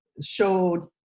showed